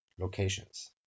Locations